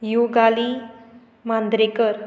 Yugali Mandrekar